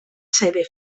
sede